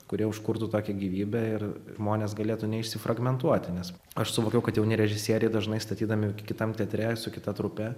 kurie užkurtų tokią gyvybę ir žmonės galėtų neišsifragmentuoti nes aš suvokiu kad jauni režisieriai dažnai statydami kitam teatre su kita trupe